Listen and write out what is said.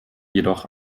jedoch